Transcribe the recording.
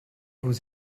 vous